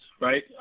Right